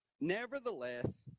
Nevertheless